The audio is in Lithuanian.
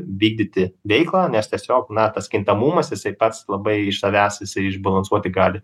vykdyti veiklą nes tiesiog na tas kintamumas jisai pats labai iš savęs jisai išbalansuoti gali